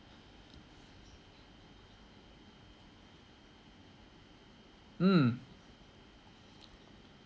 mm